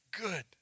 good